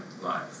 life